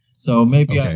so maybe i